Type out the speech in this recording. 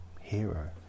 hero